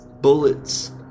bullets